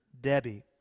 Debbie